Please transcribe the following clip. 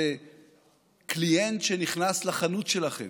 זה קליינט שנכנס לחנות שלכם,